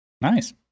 Nice